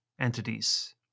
entities